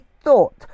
thought